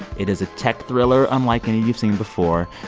it is a tech thriller unlike any you've seen before.